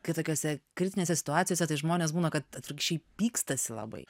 kad tokiose kritinėse situacijose tai žmonės būna kad atvirkščiai pykstasi labai